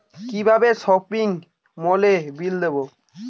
কিভাবে সপিং মলের বিল দেবো?